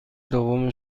دوم